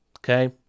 Okay